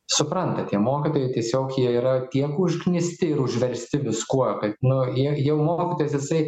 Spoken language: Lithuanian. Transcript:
supranta tie mokytojai tiesiog jie yra tiek užknisti ir užversti viskuo kad nu jie jau mokytojas jisai